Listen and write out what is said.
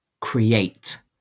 create